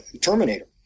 Terminator